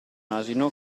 asino